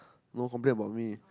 no complain about me